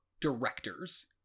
directors